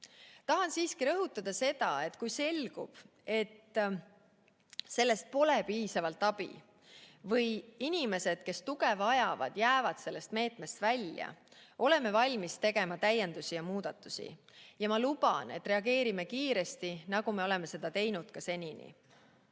Tahan siiski rõhutada seda, et kui selgub, et sellest pole piisavalt abi, või inimesed, kes tuge vajavad, jäävad sellest meetmest välja, siis oleme valmis tegema täiendusi ja muudatusi. Ma luban, et reageerime kiiresti, nagu me oleme seda teinud ka seni.